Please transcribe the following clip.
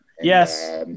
Yes